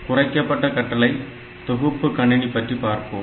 குறைக்கப்பட்ட கட்டளை தொகுப்பு கணினி பற்றி பார்ப்போம்